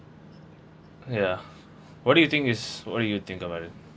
ya what do you think is what do you think about it